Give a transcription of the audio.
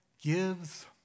gives